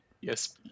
Yes